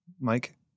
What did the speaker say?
Mike